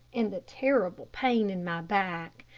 and the terrible pain in my back.